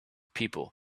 people